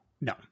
No